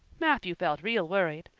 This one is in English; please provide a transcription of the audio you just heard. matthew felt real worried.